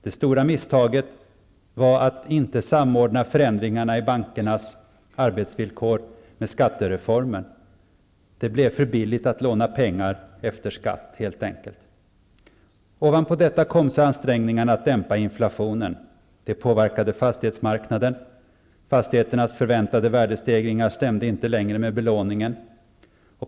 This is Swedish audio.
Det stora misstaget var att inte samordna förändringarna i bankernas arbetsvillkor med skattereformen. Det blev, helt enkelt, för billigt att låna pengar efter skatt. Ovanpå detta kom så ansträngningarna att dämpa inflationen. Det påverkade fastighetsmarknaden. Fastigheternas förväntade värdestegringar stämde inte längre med belåningen.